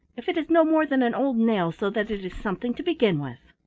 if it is no more than an old nail, so that it is something to begin with.